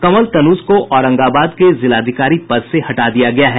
कंवल तन्ज को औरंगाबाद के जिलाधिकारी पद से हटा दिया गया है